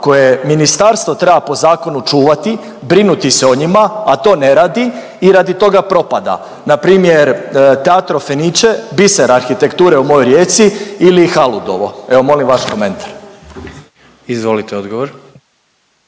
koje ministarstvo treba po zakonu čuvati, brinuti se o njima, a to ne radi i radi toga propada, npr. Teatro Fenice biser arhitekture u mojoj Rijeci ili Haludovo. Evo, molim vaš komentar. **Jandroković,